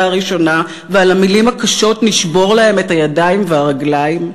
הראשונה ועל המילים הקשות "נשבור להם את הידיים והרגליים",